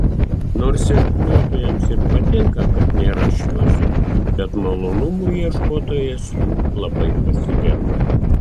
nors irkluotojams ir patinka kad nėra šliuzų bet malonumų ieškotojas jų labai pasigenda